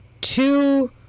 two